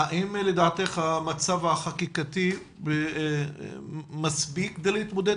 האם לדעתך המצב החקיקתי מספיק כדי להתמודד